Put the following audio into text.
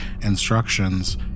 instructions